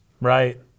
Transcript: Right